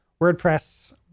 WordPress